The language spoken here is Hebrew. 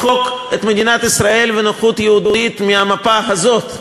את מדינת ישראל ונוכחות יהודית מהמפה הזאת.